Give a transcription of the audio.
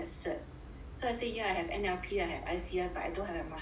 so I say yeah have N_L_P I have I_C_I but I don't have masters